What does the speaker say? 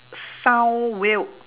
sound weird